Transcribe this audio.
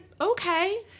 Okay